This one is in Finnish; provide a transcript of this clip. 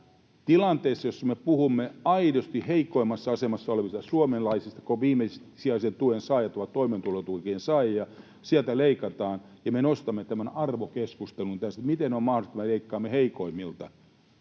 Tilanteessa, jossa me puhumme aidosti heikoimmassa asemassa olevista suomalaisista, kun viimesijaisen tuen saajat ovat toimeentulotuen saajia ja sieltä leikataan, me nostamme tämän arvokeskustelun tässä, että miten on mahdollista, että me leikkaamme heikoimmilta,